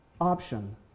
option